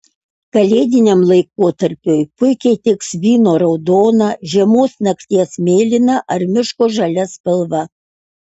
kalėdiniam laikotarpiui puikiai tiks vyno raudona žiemos nakties mėlyna ar miško žalia spalva